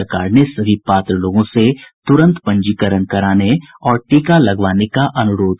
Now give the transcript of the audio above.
सरकार ने सभी पात्र लोगों से तूरंत पंजीकरण कराने और टीका लगवाने का अनुरोध किया है